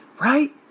right